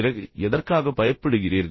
பிறகு எதற்காகப் பயப்படுகிறீர்கள்